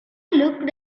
looked